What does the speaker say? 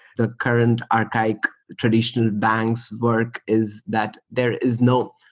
the current archaic traditional banks work is that there is no